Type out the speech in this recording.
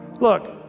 Look